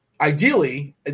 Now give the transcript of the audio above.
ideally